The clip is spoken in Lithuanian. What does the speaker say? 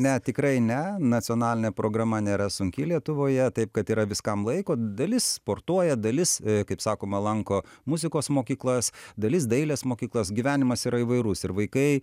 ne tikrai ne nacionalinė programa nėra sunki lietuvoje taip kad yra viskam laiko dalis sportuoja dalis kaip sakoma lanko muzikos mokyklas dalis dailės mokyklos gyvenimas yra įvairus ir vaikai